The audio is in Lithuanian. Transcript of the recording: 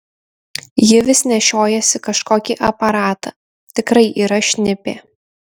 ji vis nešiojasi kažkokį aparatą tikrai yra šnipė